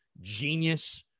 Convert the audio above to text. Genius